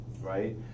right